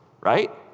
right